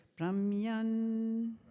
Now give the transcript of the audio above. Brahmyan